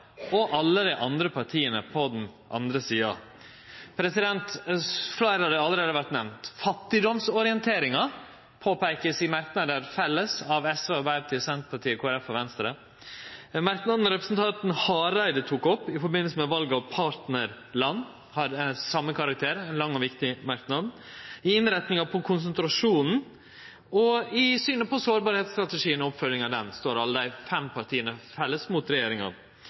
og alle dei andre partia på den andre sida. Fleire av dei har allereie vore nemnde. Fattigdomsorienteringa vert påpeika i felles merknader frå SV, Arbeidarpartiet, Senterpartiet, Kristeleg Folkeparti og Venstre. Den merknaden representanten Hareide tok opp, som gjaldt val av partnarland, har same karakter – ein lang og viktig merknad. Når det gjeld innretninga på konsentrasjonen og synet på sårbarheitsstrategien og oppfølginga av den, står alle dei fem partia saman mot regjeringa.